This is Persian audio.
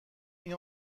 این